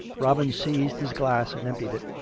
robin seized his glass and emptied it.